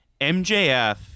MJF